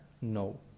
No